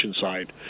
side